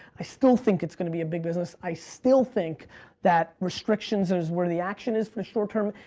i still think it's gonna be a big business, i still think that restrictions is where the action is for the short term,